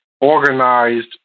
organized